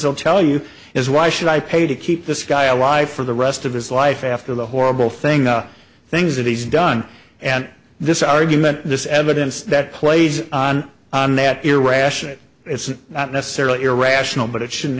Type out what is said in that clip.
they'll tell you is why should i pay to keep this guy alive for the rest of his life after the horrible thing the things that he's done and this argument this evidence that plays on on that irrational it's not necessarily irrational but it shouldn't